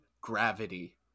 Gravity